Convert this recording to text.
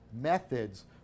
methods